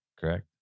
Correct